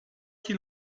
qui